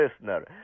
listener